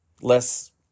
less